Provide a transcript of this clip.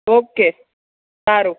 okay સારું